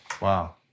Wow